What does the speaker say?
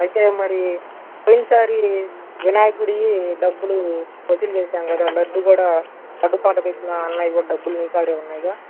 అయితే మరి పోయినసారి వినాయకుడివి డబ్బులు వసూలు చేసాము కదా లడ్డు కూడా లడ్డు పాట పెట్టినవి ఉన్నాయి డబ్బులు నీ కాడే ఉన్నాయిగా